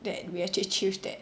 that we actually choose that